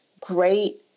great